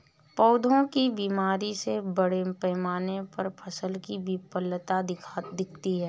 पौधों की बीमारी से बड़े पैमाने पर फसल की विफलता दिखती है